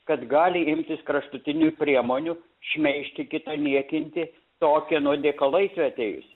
kad gali imtis kraštutinių priemonių šmeižti kitą niekinti to kieno dėka laisvė atėjus